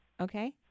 Okay